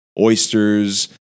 oysters